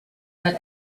but